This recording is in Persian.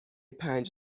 پنج